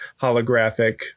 holographic